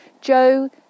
Joe